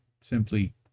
simply